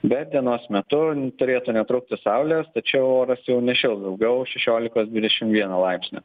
bet dienos metu turėtų netrūkti saulės tačiau oras jau nešils daugiau šešiolikos dvidešim vieno laipsnio